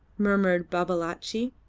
murmured babalatchi,